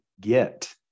get